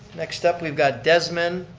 next up we got desmond,